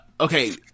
okay